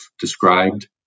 described